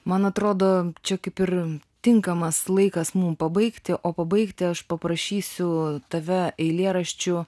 man atrodo čia kaip ir tinkamas laikas mum pabaigti o pabaigti aš paprašysiu tave eilėraščiu